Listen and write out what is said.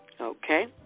Okay